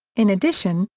in addition,